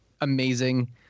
amazing